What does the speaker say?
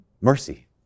mercy